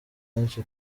benshi